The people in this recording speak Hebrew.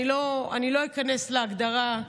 אני לא איכנס להגדרה,